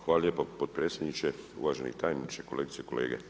Hvala lijepo potpredsjedniče, uvaženi tajniče, kolegice i kolege.